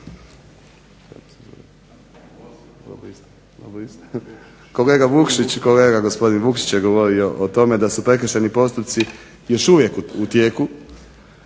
da je, kolega Vukšić je govorio o tome da su prekršajni postupci još uvijek u tijeku